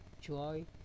joy